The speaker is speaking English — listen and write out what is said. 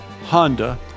Honda